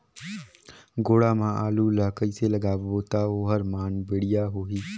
गोडा मा आलू ला कइसे लगाबो ता ओहार मान बेडिया होही?